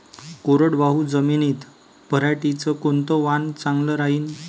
कोरडवाहू जमीनीत पऱ्हाटीचं कोनतं वान चांगलं रायीन?